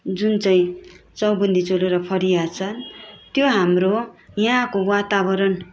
जुन चाहिँ चौबन्दी चोलो र फरिया छ त्यो हाम्रो यहाँको वातावरण